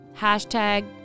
Hashtag